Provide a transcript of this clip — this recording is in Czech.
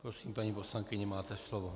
Prosím, paní poslankyně, máte slovo.